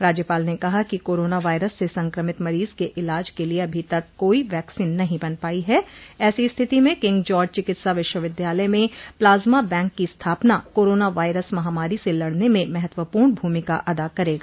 राज्यपाल ने कहा कि कोरोना वायरस से संक्रमित मरीज के इलाज के लिए अभी तक कोई वैक्सीन नहीं बन पायी है ऐसी स्थिति में किंग जार्ज चिकित्सा विश्वविद्यालय में प्जालमा बैंक की स्थापना कोरोना वायरस महामारी से लड़ने में महत्वपूर्ण भूमिका अदा करेंगा